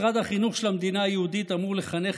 משרד החינוך של המדינה היהודית אמור לחנך